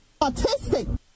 Autistic